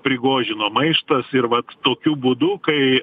prigožino maištas ir vat tokiu būdu kai